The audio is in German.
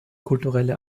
kulturelle